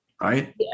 right